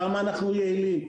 כמה אנחנו יעילים,